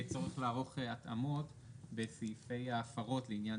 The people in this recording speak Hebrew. יהיה צורך לערוך התאמות בסעיפי ההפרות לעניין